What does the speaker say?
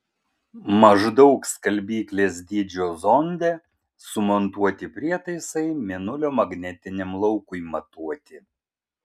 maždaug skalbyklės dydžio zonde sumontuoti prietaisai mėnulio magnetiniam laukui matuoti